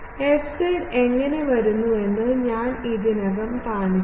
fz എങ്ങനെ വരുന്നുവെന്ന് ഞാൻ ഇതിനകം കാണിച്ചു